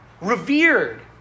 revered